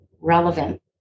relevant